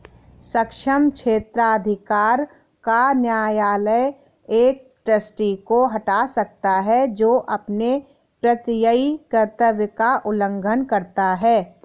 सक्षम क्षेत्राधिकार का न्यायालय एक ट्रस्टी को हटा सकता है जो अपने प्रत्ययी कर्तव्य का उल्लंघन करता है